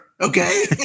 Okay